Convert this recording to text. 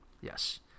Yes